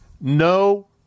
no